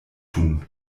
tun